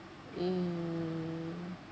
mm